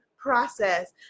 process